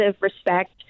respect